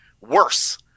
worse